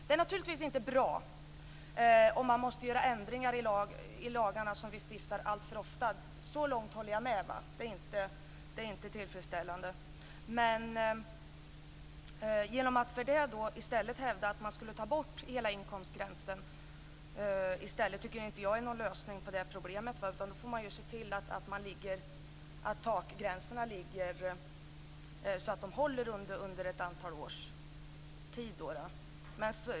Det är naturligtvis inte bra om man alltför ofta måste göra ändringar i de lagar som vi stiftar. Så långt håller jag med. Det är inte tillfredsställande. Men jag tycker inte att det är någon lösning på problemet att i stället hävda att man skulle ta bort hela inkomstgränsen. Man får se till att takgränserna ligger så att de håller under ett antal år.